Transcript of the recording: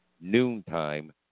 noontime